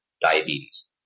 diabetes